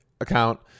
account